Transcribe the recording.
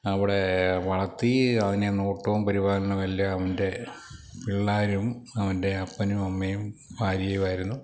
അവിടെ വളര്ത്തി അതിനെ നോട്ടവും പരിപാലനവും എല്ലാം അവൻ്റെ പിള്ളാരും അവൻ്റെ അപ്പനും അമ്മയും ഭാര്യയുമായിരുന്നു